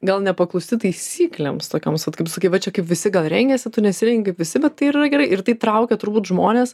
gal nepaklūsti taisyklėms tokioms vat kaip sakai va čia kaip visi gal rengiasi tu nesirengi kaip visi bet tai ir yra gerai ir tai traukia turbūt žmones